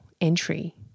entry